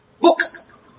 books